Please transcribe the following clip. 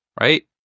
right